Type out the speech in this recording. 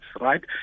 right